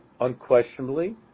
unquestionably